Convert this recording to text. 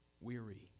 weary